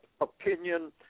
Opinion